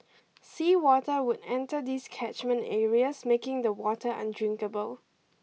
sea water would enter these catchment areas making the water undrinkable